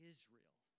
Israel